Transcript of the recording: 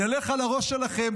נלך על הראש שלכם.